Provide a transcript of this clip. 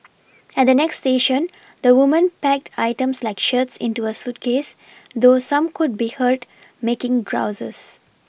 at the next station the woman packed items like shirts into a suitcase though some could be heard making grouses